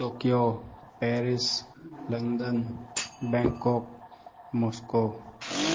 Tokyo Paris London Bangkok Moscow